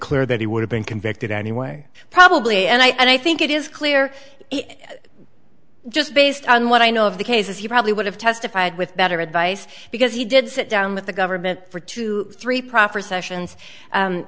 clear that he would have been convicted anyway probably and i think it is clear just based on what i know of the cases he probably would have testified with better advice because he did sit down with the government for two or three proffer sessions